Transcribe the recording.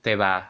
对吧